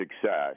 success